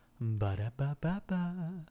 ba-da-ba-ba-ba